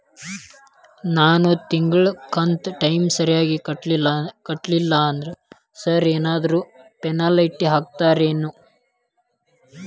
ನಾನು ತಿಂಗ್ಳ ಕಂತ್ ಟೈಮಿಗ್ ಸರಿಗೆ ಕಟ್ಟಿಲ್ರಿ ಸಾರ್ ಏನಾದ್ರು ಪೆನಾಲ್ಟಿ ಹಾಕ್ತಿರೆನ್ರಿ?